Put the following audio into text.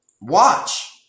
watch